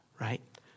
right